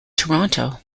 toronto